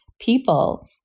people